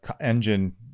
engine